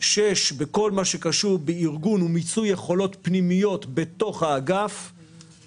שש - בכל מה שקשור בארגון ומיצוי יכולות פנימיות בתוך האגף,